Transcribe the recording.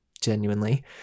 genuinely